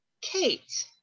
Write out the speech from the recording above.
kate